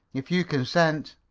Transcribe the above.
if you consent.